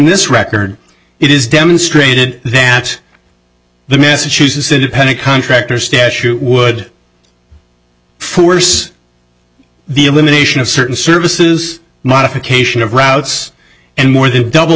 this record it is demonstrated that the massachusetts independent contractor statute would force the elimination of certain services modification of routes and more than double